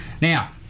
Now